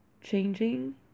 changing